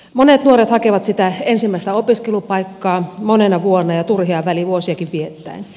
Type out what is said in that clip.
monet nuoret hakevat sitä ensimmäistä opiskelupaikkaa monena vuonna ja turhia välivuosiakin viettäen